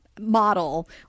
model